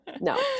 no